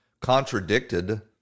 contradicted